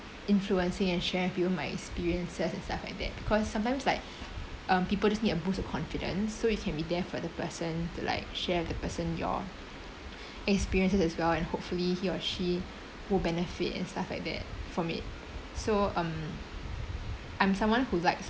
influencing and share with you my experiences and stuff like that because sometimes like um people just need a boost of confidence so you can be there for the person to like share with the person your experiences as well and hopefully he or she will benefit and stuff like that from it so um I'm someone who likes